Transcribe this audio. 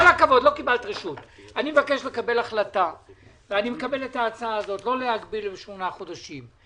אני מקבל את ההצעה הזאת, לא להגביל בשמונה חודשים.